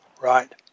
Right